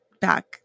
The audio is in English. back